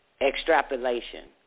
Extrapolation